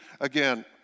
again